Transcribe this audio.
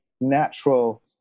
natural